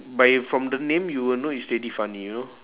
by from the name you will know it's already funny you know